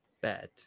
bad